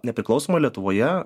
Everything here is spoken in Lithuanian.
nepriklausomoje lietuvoje